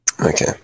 Okay